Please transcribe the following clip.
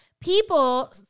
People